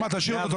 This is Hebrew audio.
שמע תשאיר אותו,